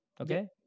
okay